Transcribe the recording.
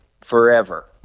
forever